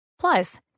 Plus